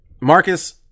Marcus